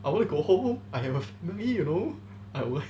I want to go home I have a family you know I will